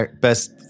Best